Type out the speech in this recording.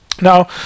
now